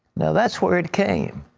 that's where it came.